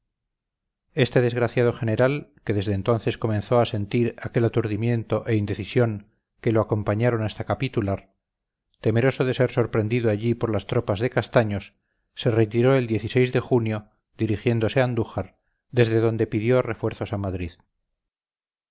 este desgraciado general que desde entonces comenzó a sentir aquel aturdimiento e indecisión que lo acompañaron hasta capitular temeroso de ser sorprendido allí por las tropas de castaños se retiró el de junio dirigiéndose a andújar desde donde pidió refuerzos a madrid